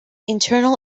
internal